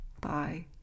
Bye